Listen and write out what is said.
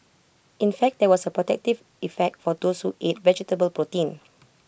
in fact there was A protective effect for those ate vegetable protein